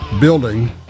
building